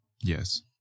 Yes